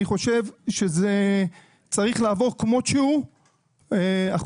אני חושב שזה צריך לעבור כמו שהוא, החוק.